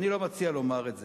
אני לא מציע לומר את זה.